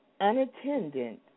unattended